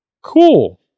cool